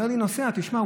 אומר לי נוסע: תשמע,